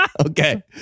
Okay